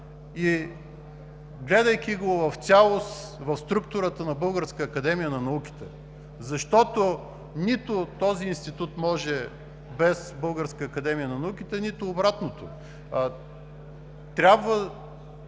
и гледайки го в цялост в структурата на Българската академия на науките, защото нито този институт може без Българката академия на науките, нито обратното. Трябва да имаме